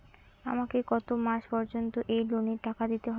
আমাকে কত মাস পর্যন্ত এই লোনের টাকা দিতে হবে?